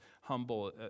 humble